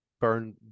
burn